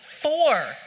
four